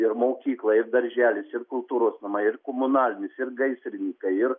ir mokykla ir darželis ir kultūros namai ir komunalinis ir gaisrininkai ir